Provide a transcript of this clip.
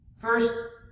First